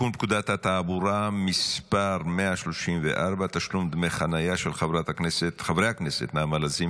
בוועדת הכלכלה לצורך הכנתה לקריאה השנייה